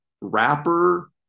wrapper